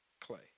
Clay